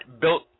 built